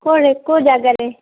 କେଉଁଠି କେଉଁ ଜାଗାରେ